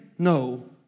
No